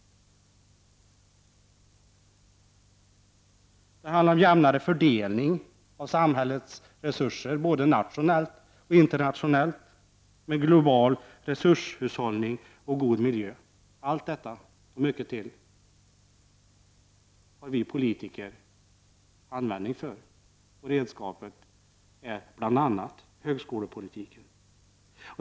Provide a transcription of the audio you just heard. Det handlar om jämnare fördelning av samhällets resurser, både nationellt och internationellt, med en global resurshushållning och en god miljö. Allt detta och mycket till har vi politiker användning för, och redskapet är bl.a. högskolepolitiken.